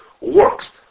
works